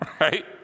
right